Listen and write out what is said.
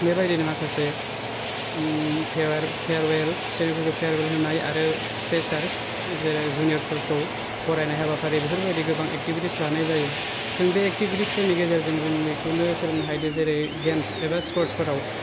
बेबादिनो माखासे farewell senior फोरखौ पेयारवेल होनाय आरो प्रेसारस जेरै जुनिअरफोरखौ बरायनाय हाबाफारि बेफोरबादि गोबां एक्टिभिटिसफोर लानाय जायो जों बे एक्टिभिटिसफोरनि गेजेरजों जों बेखौनो सोलोंनो हायोदे जेरै गेम्स एबा स्परस फोराव